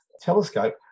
telescope